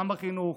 גם בחינוך,